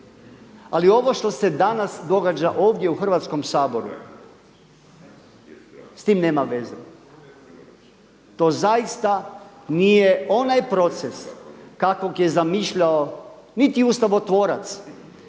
Ali ovo što se danas događa ovdje u Hrvatskom saboru, s tim nema veze. To zaista nije onaj proces kakvog je zamišljao niti ustavotvorac,